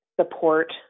support